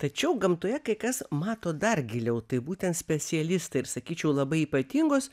tačiau gamtoje kai kas mato dar giliau tai būtent specialistai ir sakyčiau labai ypatingos